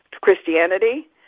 Christianity